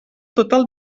total